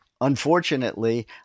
unfortunately